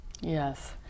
Yes